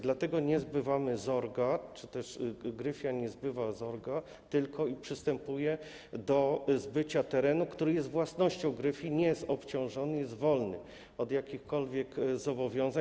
Dlatego nie zbywamy ZORG-a czy też Gryfia nie zbywa ZORG-a, tylko przystępuje do zbycia terenu, który jest własnością Gryfii, nie jest obciążony, jest wolny od jakichkolwiek zobowiązań.